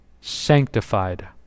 sanctified